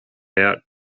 out